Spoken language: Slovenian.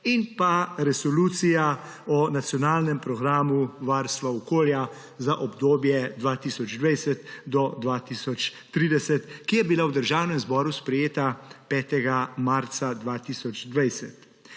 in Resolucija o Nacionalnem programu varstva okolja za obdobje 2020–2030, ki je bila v Državnem zboru sprejeta 5. marca 2020.